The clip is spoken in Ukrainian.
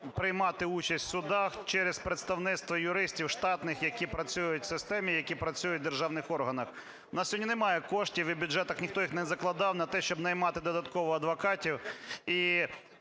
приймати участь в судах через представництво юристів штатних, які працюють в системі, які працюють в державних органах. У нас сьогодні немає коштів і в бюджетах ніхто їх не закладав на те, щоб наймати додатково адвокатів